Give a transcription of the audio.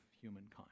humankind